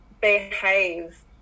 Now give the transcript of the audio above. behave